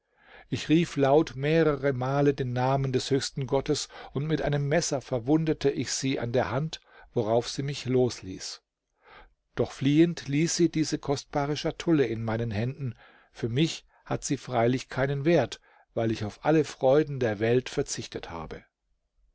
ich rief laut mehrere male den namen des höchsten gottes und mit einem messer verwundete ich sie an der hand worauf sie mich losließ doch fliehend ließ sie diese kostbare schatulle in meinen händen für mich hat sie freilich keinen wert weil ich auf alle freuden der welt verzichtet habe